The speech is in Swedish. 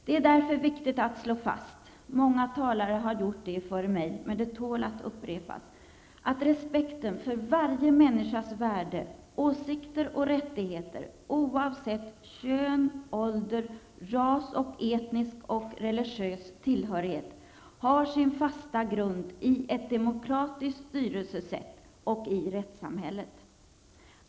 Det är därför viktigt att slå fast -- många talare har gjort det före mig, men det tål att upprepas -- att respekten för varje människas värde, åsikter och rättigheter oavsett kön, ålder, ras och etnisk och religiös tillhörighet har sin fasta grund i ett demokratiskt styrelsesätt och i rättssamhället.